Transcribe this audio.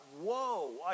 whoa